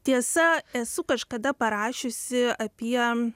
tiesa esu kažkada parašiusi apie